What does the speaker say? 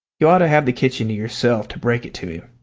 you ought to have the kitchen to yourself to break it to him.